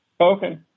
Okay